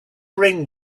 bring